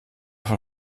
von